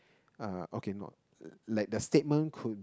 uh okay no like the statement could